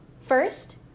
First